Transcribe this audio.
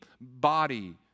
body